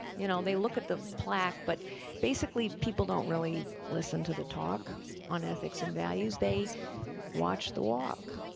you know, they look at the plaque, but basically people don't really listen listen to the talk on ethics and values. they watch the walk.